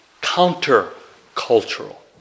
counter-cultural